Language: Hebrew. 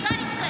ודי עם זה.